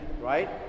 right